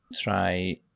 try